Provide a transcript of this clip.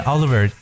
Oliver